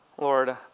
Lord